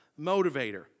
motivator